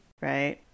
Right